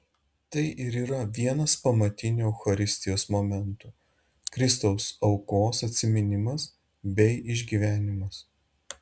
tai ir yra vienas pamatinių eucharistijos momentų kristaus aukos atsiminimas bei išgyvenimas